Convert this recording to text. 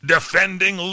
Defending